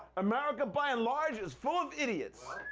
america by and large is full of idiots.